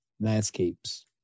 landscapes